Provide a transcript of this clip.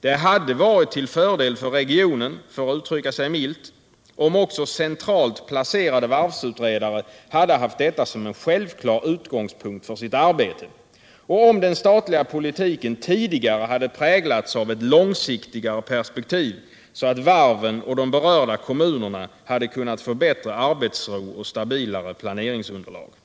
Det hade varit till fördel för regionen, för att uttrycka sig milt, om också centralt placerade varvsutredare hade haft detta som en självklar utgångspunkt för sitt arbete och om den statliga politiken tidigare hade präglats av ett långsiktigare perspektiv så att varven och de berörda kommunerna hade kunnat få bättre arbetsro och